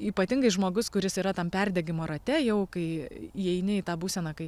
ypatingai žmogus kuris yra tam perdegimo rate jau kai įeini į tą būseną kai